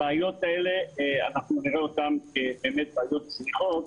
הבעיות האלה אנחנו נראה אותן כבעיות זניחות,